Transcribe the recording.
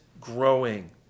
growing